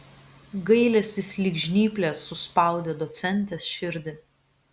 gailestis lyg žnyplės suspaudė docentės širdį